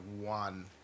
one